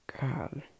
God